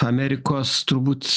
amerikos turbūt